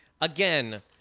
Again